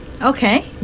Okay